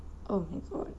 oh my god